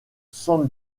san